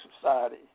Society